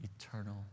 eternal